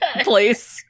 please